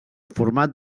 format